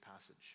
passage